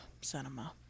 cinema